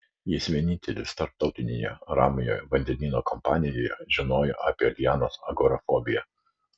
jis vienintelis tarptautinėje ramiojo vandenyno kompanijoje žinojo apie lianos agorafobiją